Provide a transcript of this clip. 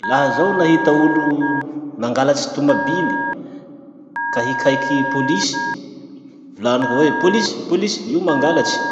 Laha zaho nahita olo mangalatsy tomabily ka hikaiky polisy, volaniko avoa hoe polisy polisy, io mangalatsy.